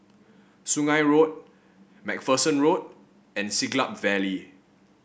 Sungei Road MacPherson Road and Siglap Valley